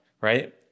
Right